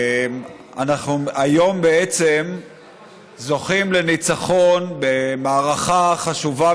אנחנו היום בעצם זוכים לניצחון במערכה חשובה